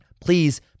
Please